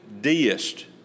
deist